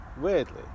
Weirdly